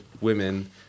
women